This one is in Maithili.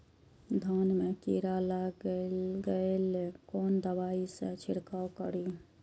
धान में कीरा लाग गेलेय कोन दवाई से छीरकाउ करी?